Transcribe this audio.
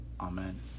Amen